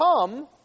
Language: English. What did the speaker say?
come